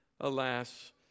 alas